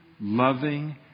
loving